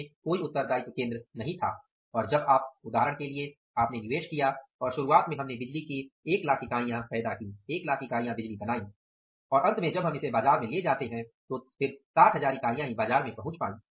बीच में कोई उत्तरदायित्व केंद्र नहीं था और जब आप उदाहरण के लिए आपने निवेश किया और शुरुआत में हमने बिजली की 100000 इकाइयाँ पैदा कीं और अंत में जब हम इसे बाज़ार में ले जाते हैं तो सिर्फ 60000 इकाइयाँ ही बाज़ार में पहुँच पाई